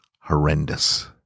horrendous